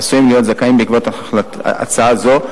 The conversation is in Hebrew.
עשויים להיות זכאים בעקבות הצעה זו.